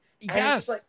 Yes